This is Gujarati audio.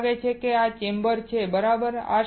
એવું લાગે છે અને આ ચેમ્બર છે બરાબર